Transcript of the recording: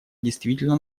действительно